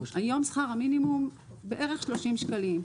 היום שכר המינימום בערך 30 שקלים.